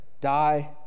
Die